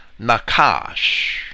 nakash